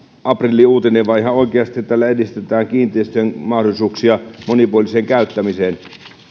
aprilliuutinen vaan ihan oikeasti tällä edistetään mahdollisuuksia kiinteistöjen monipuoliseen käyttämiseen